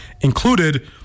included